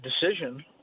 decision